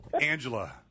Angela